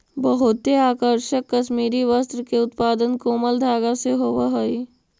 बहुते आकर्षक कश्मीरी वस्त्र के उत्पादन कोमल धागा से होवऽ हइ